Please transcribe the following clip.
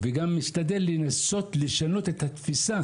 וגם משתדל לנסות לשנות את התפיסה,